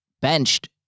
benched